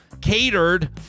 catered